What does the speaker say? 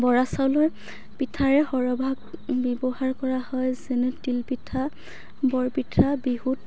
বৰা চাউলৰ পিঠাৰে সৰহভাগ ব্যৱহাৰ কৰা হয় যেনে তিল পিঠা বৰ পিঠা বিহুত